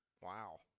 Wow